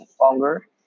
longer